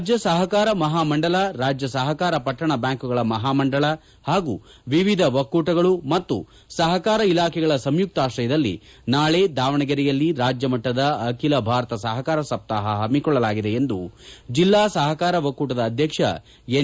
ರಾಜ್ಣ ಸಹಕಾರ ಮಹಾಮಂಡಲ ರಾಜ್ಣ ಸಹಕಾರ ಪಟ್ಟಣ ಬ್ವಾಂಕುಗಳ ಮಹಾಮಂಡಳ ಹಾಗೂ ವಿವಿಧ ಒಕ್ಕೂಟ ಸಹಕಾರ ಇಲಾಖೆಗಳ ಸಂಯುಕ್ತ ಆಶ್ರಯದಲ್ಲಿ ನಾಳೆ ದಾವಣಗೆರೆಯಲ್ಲಿ ರಾಜ್ವ ಮಟ್ಟದ ಅಖಿಲ ಭಾರತ ಸಹಕಾರ ಸಪ್ತಾಹ ಹಮ್ನಿಕೊಳ್ಳಲಾಗಿದೆ ಎಂದು ಜಿಲ್ಲಾ ಸಹಕಾರ ಒಕ್ಕೂಟದ ಅಧ್ಯಕ್ಷ ಎನ್